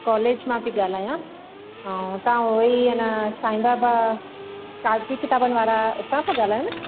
college मां पई ॻाल्हायां ऐं तव्हां हूअंई हे न साईं बाबा कापी किताबनि वारा हुतां पिया ॻाल्हायो न